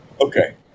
Okay